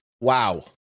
Wow